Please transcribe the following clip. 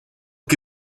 qui